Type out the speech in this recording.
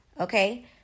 Okay